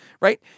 right